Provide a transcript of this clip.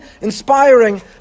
inspiring